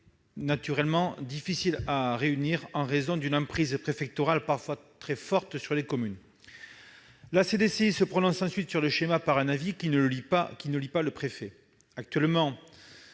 naturellement difficile à réunir en raison d'une emprise préfectorale parfois très forte sur les communes. La commission se prononce ensuite sur le schéma par un avis qui ne lie pas le préfet. Ainsi, actuellement,